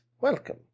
welcome